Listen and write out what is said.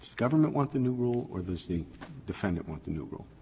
government want the new rule or does the defendant want the new rule?